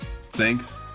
Thanks